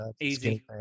easy